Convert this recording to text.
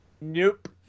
Nope